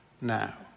now